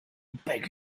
beg